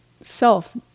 self